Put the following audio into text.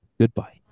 Goodbye